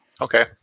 Okay